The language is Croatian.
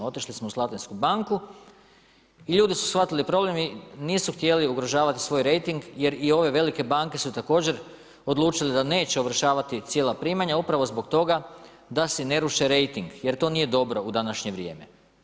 Otišli smo u Slatinsku banku i ljudi su shvatili problem i nisu htjeli ugrožavati svoj rejting jer i ove velike banke su također odlučili da neće ovršavati cijela primanja, upravo zbog toga da se ne ruše rejting jer to nije dobro u današnje vrijeme.